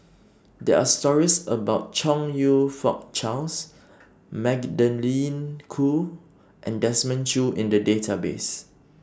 There Are stories about Chong YOU Fook Charles Magdalene Khoo and Desmond Choo in The Database